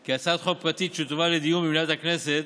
כי הצעת חוק פרטית שתובא לדיון במליאת הכנסת